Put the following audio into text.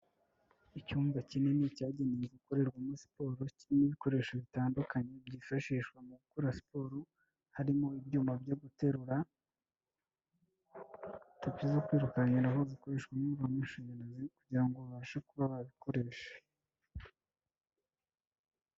Icyumba kinini cyagenewe gukorerwamo siporo kirimo ibikoresho bitandukanye byifashishwa mu gukora siporo, harimo ibyuma byo guterura, tapi zo kwirukankiraho zikoreshwa n'umuriro w'amashanyarazi kugira ngo babashe kuba babikoresha.